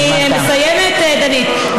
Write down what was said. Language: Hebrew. אני מסיימת, דנית?